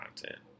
content